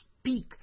speak